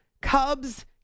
Cubs